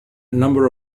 number